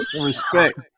respect